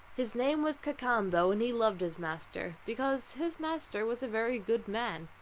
his name was cacambo, and he loved his master, because his master was a very good man.